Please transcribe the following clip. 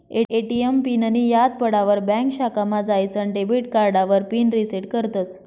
ATM पिननीं याद पडावर ब्यांक शाखामा जाईसन डेबिट कार्डावर पिन रिसेट करतस